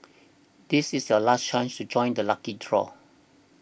this is your last chance to join the lucky trawl